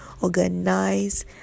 organize